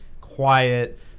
quiet